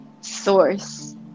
source